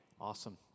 Awesome